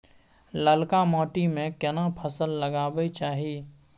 ललका माटी में केना फसल लगाबै चाही?